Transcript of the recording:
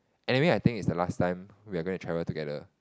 anyway I think it's the last time we're gonna travel together